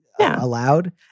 allowed